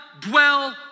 dwell